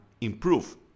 improve